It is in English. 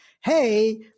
Hey